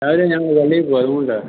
രാവിലെ ഞങ്ങൾ പള്ളീ പോവും അതുകൊണ്ടാണ്